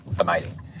amazing